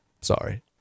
Sorry